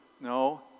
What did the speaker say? no